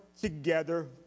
together